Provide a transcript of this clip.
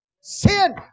Sin